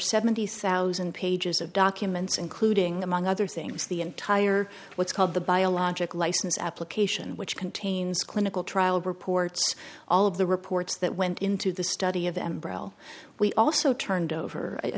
seventy thousand pages of documents including among other things the entire what's called the biologic license application which contains clinical trial reports all of the reports that went into the study of embroil we also turned over i